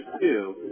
two